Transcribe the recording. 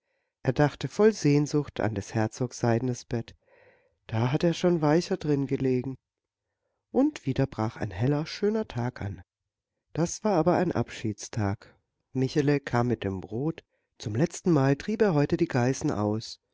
er dachte voll sehnsucht an des herzogs seidenes bett da hatte er schon weicher drin gelegen und wieder brach ein heller schöner tag an das war aber ein abschiedstag michele kam mit dem brot zum letztenmal trieb er heute die geißen aus